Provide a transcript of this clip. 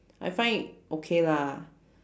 I find it okay lah